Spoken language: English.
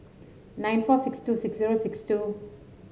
nine four six two six zero six two